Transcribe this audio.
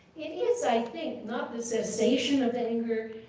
it is, i think, not the sensation of anger,